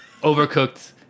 overcooked